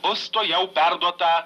bus tuojau perduota